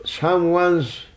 someone's